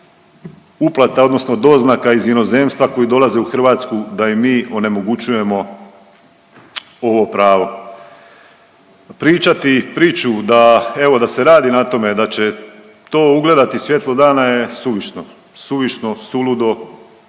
uplata odnosno doznaka iz inozemstva koji dolaze u Hrvatsku, da im mi onemogućujemo ovo pravo. Pričati priču evo da se radi na tome, da će to ugledati svjetlo dana je suvišno. Suvišno,